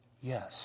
Yes